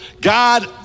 God